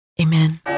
Amen